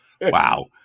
wow